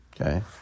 Okay